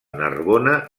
narbona